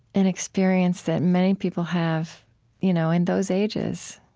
an experience that many people have you know in those ages.